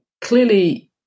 clearly